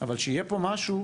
מה הפתרון שאתה מציע?